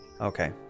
Okay